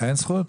אין זכות?